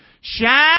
Shine